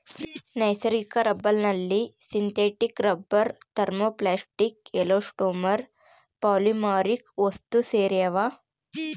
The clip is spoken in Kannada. ನೈಸರ್ಗಿಕ ರಬ್ಬರ್ನಲ್ಲಿ synthetic rubber thermoplastic elastomer polymeric ವಸ್ತುಸೇರ್ಯಾವ